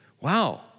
Wow